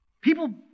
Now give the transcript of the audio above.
People